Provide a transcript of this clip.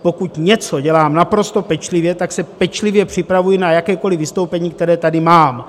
Pokud něco dělám naprosto pečlivě, tak se pečlivě připravuji na jakékoliv vystoupení, které tady mám.